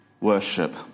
worship